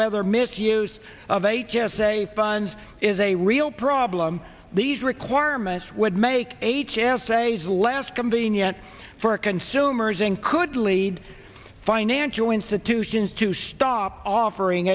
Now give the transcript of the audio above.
whether misuse of h s a funds is a real problem these requirements would make h s a is less convenient for consumers in could lead financial institutions to stop offering